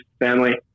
family